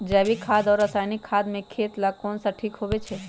जैविक खाद और रासायनिक खाद में खेत ला कौन खाद ठीक होवैछे?